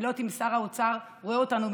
אני לא יודעת אם שר האוצר רואה אותנו,